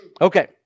Okay